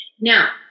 Now